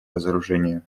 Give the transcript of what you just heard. разоружения